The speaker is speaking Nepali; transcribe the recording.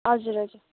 हजुर हजुर